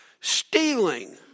stealing